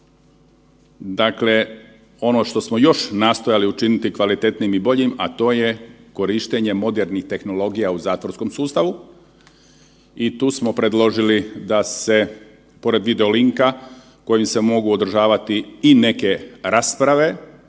Dakle, ono što smo još nastojali učiniti kvalitetnim i boljim, a to je korištenje modernih tehnologija u zatvorskom sustavu i tu smo predložili da se pored video linka kojim se mogu održavati i neke rasprave